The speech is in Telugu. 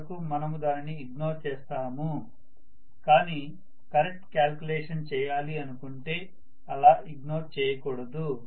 చాలా వరకు మనము దానిని ఇగ్నోర్ చేస్తాము కానీ కరెక్ట్ క్యాలిక్యులేషన్ చేయాలి అనుకుంటే అలా ఇగ్నోర్ చేయకూడదు